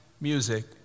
music